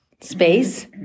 space